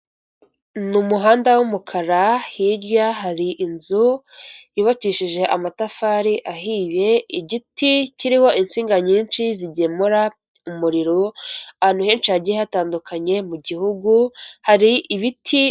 Mu muhanda w'umukara hirya hari inzu yubakishije amatafari ahiye, igiti kiriho insinga nyinshi zigemura umuriro ahantu henshi hagiye hatandukanye mu gihugu hari ibiti.